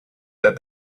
that